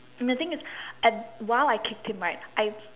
and the thing is at while I kicked him right I